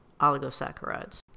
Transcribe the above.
oligosaccharides